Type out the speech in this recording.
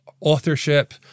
authorship